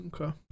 Okay